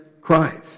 Christ